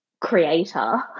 creator